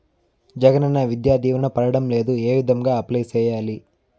జగనన్న విద్యా దీవెన పడడం లేదు ఏ విధంగా అప్లై సేయాలి